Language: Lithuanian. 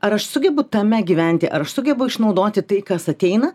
ar aš sugebu tame gyventi ar aš sugebu išnaudoti tai kas ateina